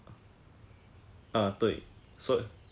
ah so recording 直有 recording 我们的声音 right